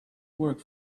work